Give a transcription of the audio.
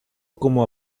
como